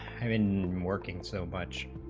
i mean working so much